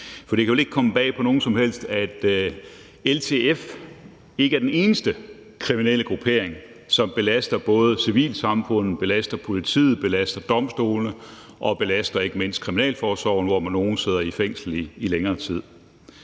For det kan vel ikke komme bag på nogen som helst, at LTF ikke er den eneste kriminelle gruppering, som belaster civilsamfundet, belaster politiet, belaster domstolene og belaster ikke mindst kriminalforsorgen, hvor nogle sidder i fængsel i længere tid.